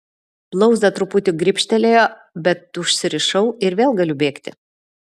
blauzdą truputį gribštelėjo bet užsirišau ir vėl galiu bėgti